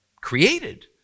created